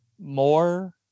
more